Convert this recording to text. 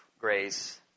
grace